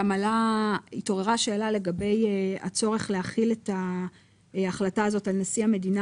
גם התעוררה השאלה לגבי הצורך להחיל את ההחלטה הזאת על נשיא המדינה